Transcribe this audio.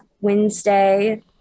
Wednesday